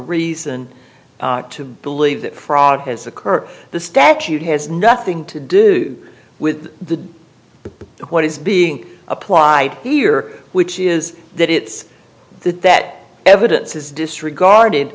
reason to believe that fraud has occurred the statute has nothing to do with the what is being applied here which is that it's that that evidence is disregarded